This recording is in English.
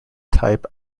type